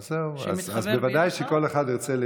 אז ודאי שכל אחד ירצה,